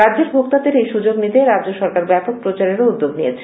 রাজ্যের ভোক্তাদের এই সুযোগ নিতে রাজ্য সরকার ব্যপক প্রচারেরও উদ্যোগ নিয়েছে